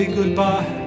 goodbye